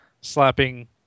slapping